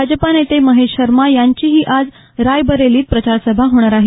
भाजपा नेते महेश शर्मा यांचीही आज रायबरेलीत प्रचार सभा होणार आहे